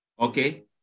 okay